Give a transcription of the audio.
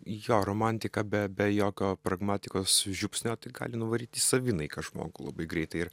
jo romantika be be jokio pragmatikos žiupsnio tai gali nuvaryt į savinaiką žmogų labai greitai ir